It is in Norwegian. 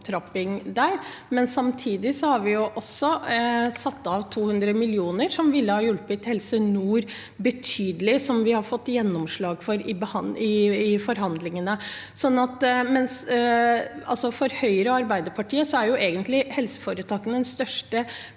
det. Samtidig har vi også satt av 200 mill. kr som vil hjelpe Helse nord betydelig, som vi har fått gjennomslag for i forhandlingene. For Høyre og Arbeiderpartiet er jo helseforetakene egentlig den